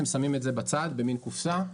שמים את זה בצד במעין קופסא.